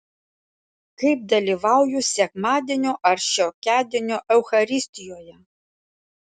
kaip dalyvauju sekmadienio ar šiokiadienio eucharistijoje